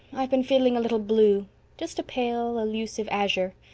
i've been feeling a little blue just a pale, elusive azure.